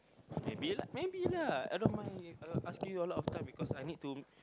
maybe lah maybe lah I don't mind asking you a lot of time because I need to